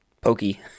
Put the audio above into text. pokey